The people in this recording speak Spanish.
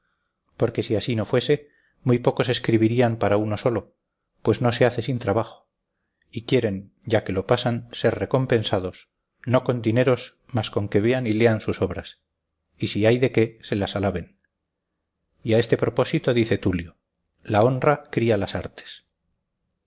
porque si así no fuese muy pocos escribirían para uno solo pues no se hace sin trabajo y quieren ya que lo pasan ser recompensados no con dineros mas con que vean y lean sus obras y si hay de qué se las alaben y a este propósito dice tulio la honra cría las artes